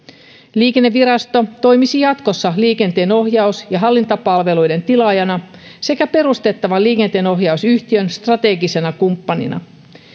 liikennevirasto toimisi jatkossa liikenteenohjaus ja hallintapalveluiden tilaajana sekä perustettavan liikenteenohjausyhtiön strategisena kumppanina